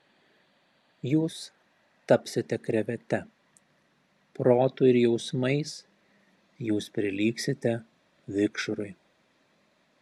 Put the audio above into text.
jūs tapsite krevete protu ir jausmais jūs prilygsite vikšrui